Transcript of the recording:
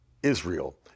Israel